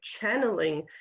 channeling